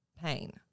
pain